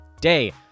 day